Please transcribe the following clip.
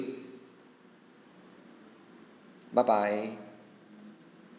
bye bye